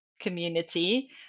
community